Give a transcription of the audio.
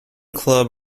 club